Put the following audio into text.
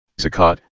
zakat